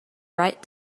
right